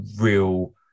real